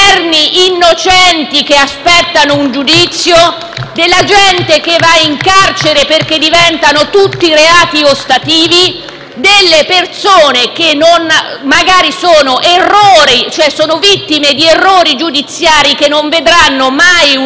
eterni innocenti che aspettano un giudizio, gente che va in carcere perché diventano tutti reati ostativi, e ci saranno persone, magari vittime di errori giudiziari, che non vedranno mai la luce.